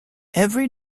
every